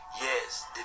yes